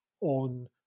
on